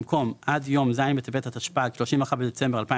במקום "עד יום ז' בטבת התשפ"ג (31 בדצמבר 2022)"